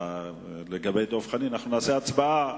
לגבי דב חנין נעשה הצבעה: